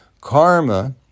Karma